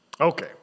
Okay